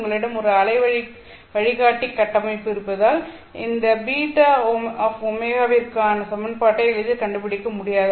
உங்களிடம் ஒரு அலை வழிகாட்டி கட்டமைப்பு இருப்பதால் இந்த βω விற்கான சமன்பாட்டை எளிதில் கண்டுபிடிக்க முடியாது